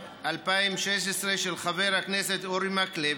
התשע"ו2016 , של ח"כ אורי מקלב